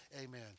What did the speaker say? Amen